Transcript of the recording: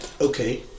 okay